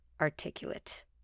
articulate